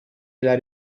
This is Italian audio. della